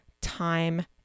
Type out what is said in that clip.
time